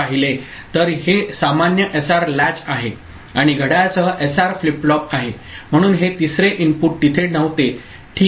तर हे सामान्य एसआर लॅच आहे आणि घड्याळासह एसआर फ्लिप फ्लॉप आहे म्हणून हे तिसरे इनपुट तिथे नव्हते ठीक